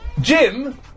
Jim